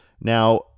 Now